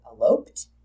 eloped